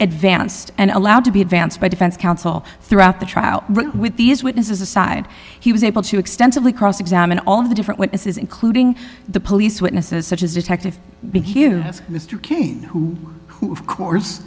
advanced and allowed to be advanced by defense counsel throughout the trial with these witnesses aside he was able to extensively cross examine all of the different witnesses including the police witnesses such as detective mr kane who who've course